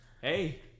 Hey